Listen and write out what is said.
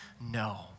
No